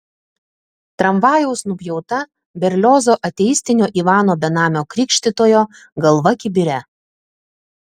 tramvajaus nupjauta berliozo ateistinio ivano benamio krikštytojo galva kibire